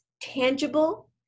tangible